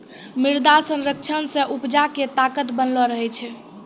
मृदा संरक्षण से उपजा के ताकत बनलो रहै छै